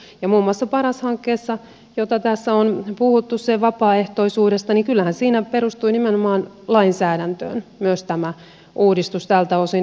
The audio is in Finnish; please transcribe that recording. myös muun muassa paras hankkeessa josta tässä on puhuttu sen vapaaehtoisuudesta uudistus perustui nimenomaan lainsäädäntöön tältä osin